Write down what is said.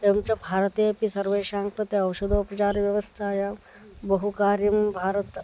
एवं च भारतेपि सर्वेषां कृते औषधोपचारव्यवस्थायां बहु कार्यं भारतस्य